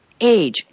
Age